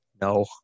no